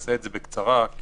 נעשה את זה בקצרה כי